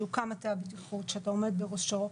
שהוקם מטה הבטיחות שאתה עומד בראשו.